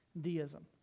deism